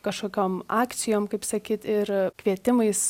kažkokiom akcijom kaip sakyt ir kvietimais